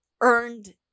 earned